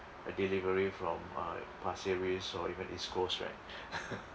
a delivery from uh pasir ris or even east coast right